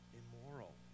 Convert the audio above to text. immoral